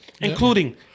Including